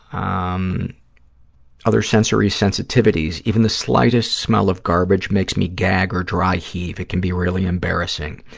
um other sensory sensitivities? even the slightest smell of garbage makes me gag or dry heave. it can be really embarrassing.